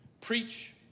Preach